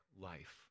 life